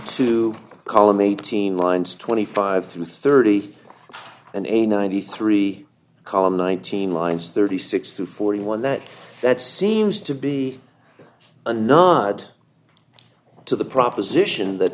two column eighteen lines twenty five through thirty and a ninety three column nineteen lines thirty six to forty one that that seems to be a nod to the proposition that